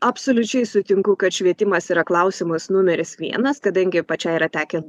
absoliučiai sutinku kad švietimas yra klausimas numeris vienas kadangi pačiai yra tekę